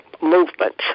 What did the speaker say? movements